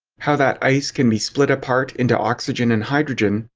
how that ice can be split apart into oxygen and hydrogen,